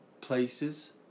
places